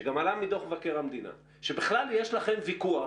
שעלה גם מדוח מבקר המדינה, שבכלל יש לכם ויכוח